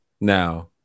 now